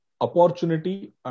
Opportunity